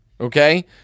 Okay